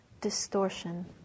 distortion